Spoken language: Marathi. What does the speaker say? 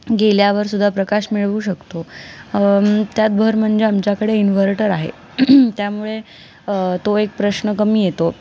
गेल्यावर सुद्धा प्रकाश मिळवू शकतो त्यात भर म्हणजे आमच्याकडे इन्व्हर्टर आहे त्यामुळे तो एक प्रश्न कमी येतो